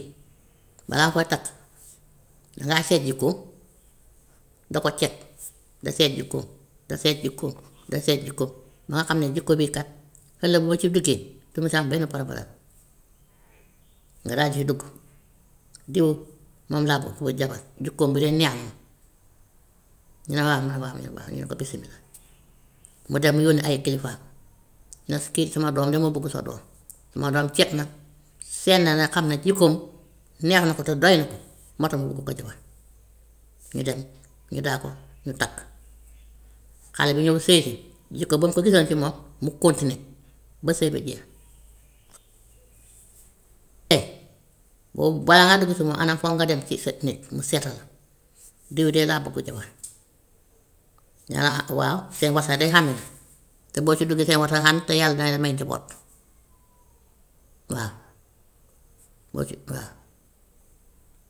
Balaa nga koy takk dangay seet jikkoom, doo ko cet, da seet jikkoom, da seet jikkoom, da seet jikkoom ba nga xam ne jikko bii kat ëllëg boo ci duggee du ma si am benn problème, nga daal di siy dugg. Diw moom laa bugg ko jabar, jikkoom bi de neex na ma, ñu ne waaw, nga waaw, ñu ne waa, ñu ne ko bisimilah. Mu dem yónni ay kilifaam ne kii suma doom de moo bugg sa doom, suma doom cet na, seet na ne xam ne jikkoom neex na ko te doy na ko moo tax mu bugg ko jabar. Ñu dem ñu d'accord ñu takk, xale bi ñëw sëy si jikko ba mu fa gisoon si moom mu continuer ba sëy bi jeex. Te boo balaa ngaa dugg si moom xanaa foog nga dem ci sa nit mu seetal la, diw de laa bugg jabar, ñu ne la ah waaw seen wërsag de ànd na te boo si duggee seen wërsag ànd te yàlla dana leen may njaboot, waa boo ci waaw.